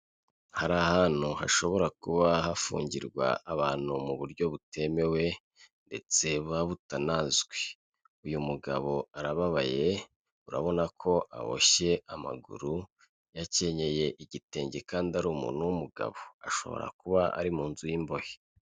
Hari ahantu hashobora kuba hafungirwa abantu mu buryo butemewe ndetse buba butanazwi. Uyu mugabo arababaye, urabona ko aboshye amaguru, yakenyeye igitenge kandi ari umuntu w'umugabo, ashobora kuba ari mu nzu y'imbohe.